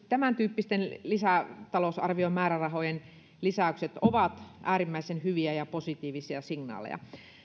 tämäntyyppiset lisätalousarviomäärärahojen lisäykset ovat äärimmäisen hyviä ja positiivisia signaaleja